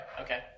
Okay